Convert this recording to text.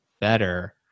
better